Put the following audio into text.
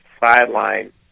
sideline